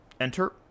enter